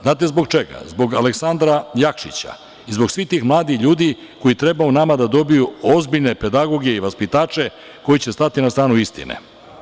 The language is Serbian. Znate zbog čega, zbog Aleksandra Jakšića i zbog svih tih mladih ljudi koji treba u nama da dobiju ozbiljne pedagoge i vaspitače, koji će stati na stranu istine.